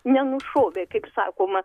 nenušovė kaip sakoma